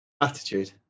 Attitude